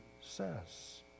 says